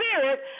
Spirit